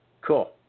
Cool